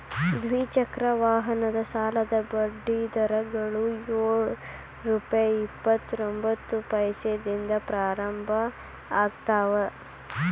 ದ್ವಿಚಕ್ರ ವಾಹನದ ಸಾಲದ ಬಡ್ಡಿ ದರಗಳು ಯೊಳ್ ರುಪೆ ಇಪ್ಪತ್ತರೊಬಂತ್ತ ಪೈಸೆದಿಂದ ಪ್ರಾರಂಭ ಆಗ್ತಾವ